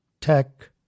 tech